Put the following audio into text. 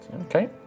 Okay